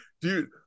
dude